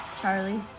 Charlie